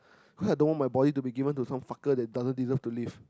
cause I don't want my body to be given to some fucker that doesn't deserve to live